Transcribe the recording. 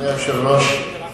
אדוני היושב-ראש,